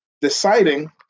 deciding